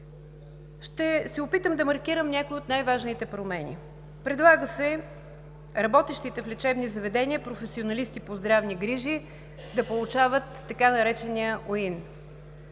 Ще се опитам да маркирам някои от най-важните промени. Предлага се работещите в лечебни заведения професионалисти по здравни грижи да получават така наречения УИН